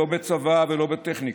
לא בצבא ולא בטכניקה,